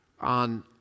On